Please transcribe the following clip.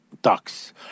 Ducks